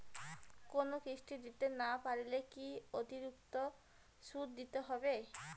কোনো কিস্তি দিতে না পারলে কি অতিরিক্ত সুদ দিতে হবে?